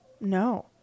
no